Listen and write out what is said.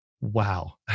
wow